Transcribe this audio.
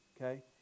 okay